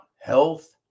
health